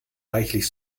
reichlich